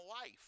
life